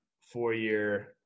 four-year